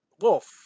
Wolf